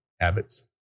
habits